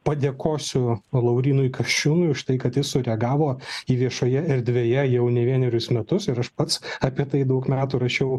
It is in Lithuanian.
padėkosiu laurynui kasčiūnui už tai kad jis sureagavo į viešoje erdvėje jau ne vienerius metus ir aš pats apie tai daug metų rašiau